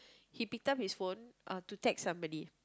he picked up his phone uh to text somebody